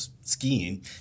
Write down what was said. skiing